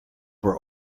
were